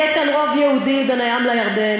יהיה כאן רוב יהודי בין הים לירדן.